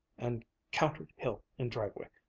an countered hill in driveway.